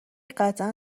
قطعا